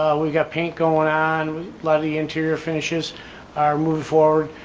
we've got paint going on a lot of the interior finishes are moving forward,